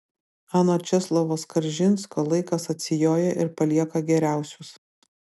anot česlovo skaržinsko laikas atsijoja ir palieka geriausius